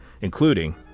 including